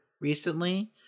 recently